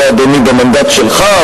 זה, אדוני, במנדט שלך.